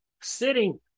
sitting